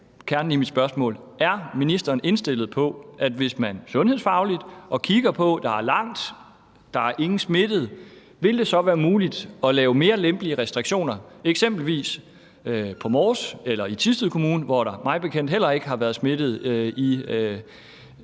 kernen i mit spørgsmål er: Er ministeren indstillet på, hvis man sundhedsfagligt kigger på det og kan se, at der er langt imellem eller ingen smittede, at gøre det muligt at lave mere lempelige restriktioner, eksempelvis på Mors eller i Thisted Kommune, hvor der mig bekendt heller ikke har været smittede i